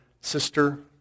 sister